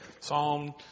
Psalm